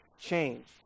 change